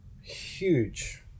huge